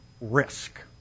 Risk